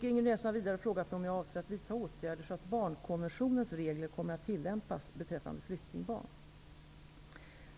Ingrid Näslund har vidare frågat mig om jag avser att vidta åtgärder så att barnkonventionens regler kommer att tillämpas beträffande flyktingbarn.